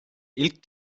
ilk